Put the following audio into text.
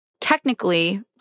technically